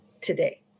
today